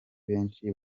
benshi